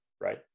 right